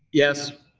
yes.